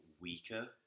weaker